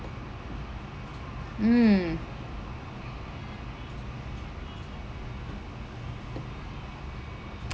mm